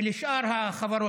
וכן לשאר החברות,